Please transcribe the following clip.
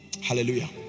Hallelujah